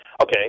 okay